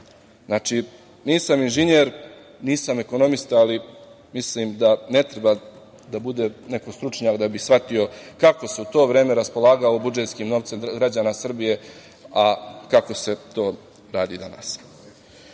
evra. Nisam inženjer, nisam ekonomista, ali mislim da ne treba da bude neko stručnjak da bi shvatio kako se u to vreme raspolagalo budžetskim novcem građana Srbije, a kako se to radi danas. Nećemo